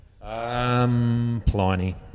Pliny